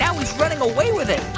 now he's running away with it